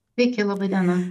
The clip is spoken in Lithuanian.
veiki laba diena